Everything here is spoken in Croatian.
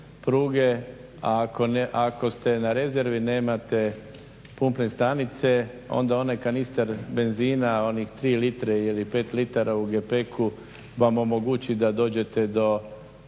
ako ste na rezervi nemate pumpne stanice onda onaj kanistar benzina, onih 3 litre ili 5 litara u gepeku vam omogući da dođete do